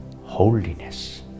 Holiness